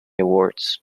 awards